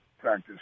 practice